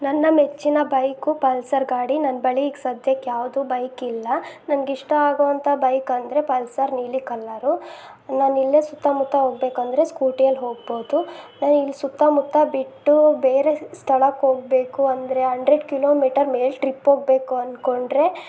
ನನ್ನ ಮೆಚ್ಚಿನ bike Pulsar ಗಾಡಿ ನನ್ನ ಬಳಿ ಈಗ ಸಧ್ಯಕ್ಕೆ ಯಾವ್ದೂ ಬೈಕ್ ಇಲ್ಲ ನಂಗೆ ಇಷ್ಟ ಆಗೋವಂಥ ಬೈಕ್ ಅಂದರೆ ಪಲ್ಸರ್ ನೀಲಿ ಕಲ್ಲರು ನಾನು ಇಲ್ಲೇ ಸುತ್ತಮುತ್ತ ಹೋಗಬೇಕಂದ್ರೆ ಸ್ಕೂಟಿಯಲ್ಲಿ ಹೋಗ್ಬೋದು ನಾನಿಲ್ಲಿ ಸುತ್ತಮುತ್ತ ಬಿಟ್ಟು ಬೇರೆ ಸ್ ಸ್ಥಳಕ್ಕೆ ಹೋಗಬೇಕು ಅಂದರೆ ಅಂಡ್ರೆಡ್ ಕಿಲೋಮೀಟರ್ ಮೇಲೆ ಟ್ರಿಪ್ ಹೋಗಬೇಕು ಅಂದುಕೊಂಡ್ರೆ